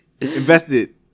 invested